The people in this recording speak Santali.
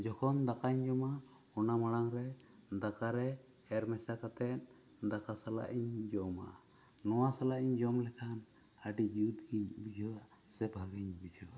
ᱡᱚᱠᱷᱚᱱ ᱫᱟᱠᱟᱹᱧ ᱡᱚᱢᱟ ᱚᱱᱟ ᱢᱟᱲᱟᱝ ᱨᱮ ᱫᱟᱠᱟ ᱨᱮ ᱨᱮ ᱢᱮᱥᱟ ᱠᱟᱛᱮ ᱫᱟᱠᱟ ᱥᱟᱞᱟᱜ ᱤᱧ ᱡᱚᱢᱟ ᱱᱚᱣᱟ ᱥᱟᱞᱟᱜ ᱤᱧ ᱡᱚᱢ ᱞᱮᱠᱷᱟᱱ ᱟᱹᱰᱤ ᱡᱩᱛ ᱜᱮᱧ ᱵᱩᱡᱷᱟᱹᱣᱟ ᱥᱮ ᱵᱷᱟᱜᱮᱧ ᱵᱩᱡᱷᱟᱹᱣᱟ